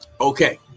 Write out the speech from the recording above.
Okay